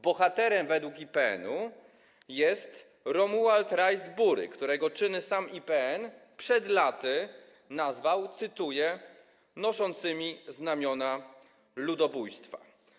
Bohaterem według IPN-u jest Romuald Rajs „Bury”, którego czyny sam IPN przed laty nazwał, cytuję: noszącymi znamiona ludobójstwa.